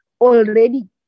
already